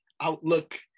Outlook